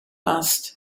passed